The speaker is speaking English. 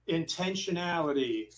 intentionality